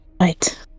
Right